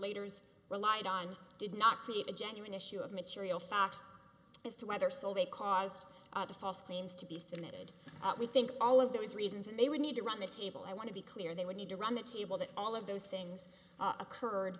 later relied on did not create a genuine issue of material foxed as to whether so they caused the false claims to be submitted we think all of those reasons and they would need to run the table i want to be clear they would need to run the table that all of those things occurred